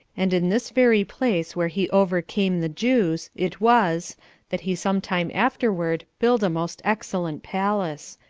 and in this very place where he overcame the jews it was that he some time afterward build a most excellent palace,